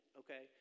okay